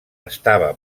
estava